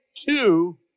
two